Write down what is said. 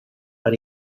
but